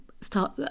start